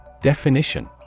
Definition